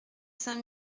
cinq